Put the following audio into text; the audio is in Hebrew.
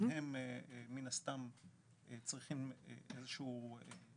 הם מן הסתם צריכים גם מענה.